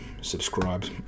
subscribed